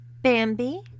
Bambi